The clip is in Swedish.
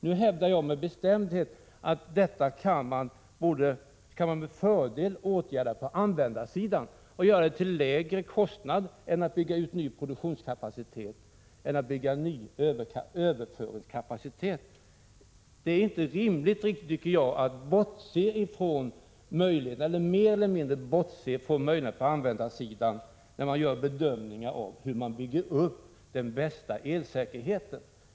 Nu hävdar jag med bestämdhet att man med fördel kan åtgärda detta på användarsidan och göra det till lägre kostnader än att bygga ut ny produktionskapacitet eller överföringskapacitet. Jag tycker inte att det är rimligt att mer eller mindre bortse från möjligheterna på användarsidan när man gör bedömningar av hur man skall bygga upp den bästa elsäkerheten.